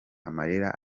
amarira